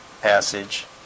passage